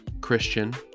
Christian